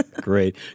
Great